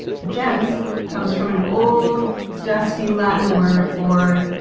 but gems comes from an old dusty latin word for.